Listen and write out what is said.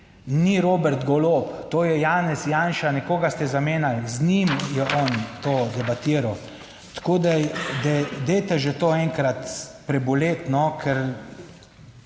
ni Robert Golob, to je Janez Janša, nekoga ste zamenjali, z njim je on to debatiral, tako da dajte že to enkrat preboleti, ker